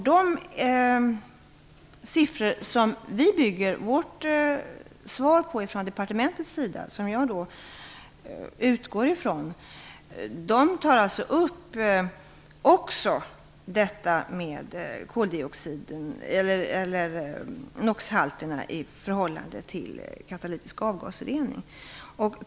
De siffror som vi på departementet bygger vårt svar och som jag utgår från gäller också NOX-halterna i förhållande till den katalytiska avgasreningen.